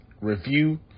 review